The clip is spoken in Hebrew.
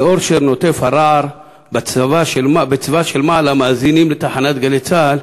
לאורשר נוטף הרעל: בצבא של מעלה מאזינים לתחנת "גלי צה"ל",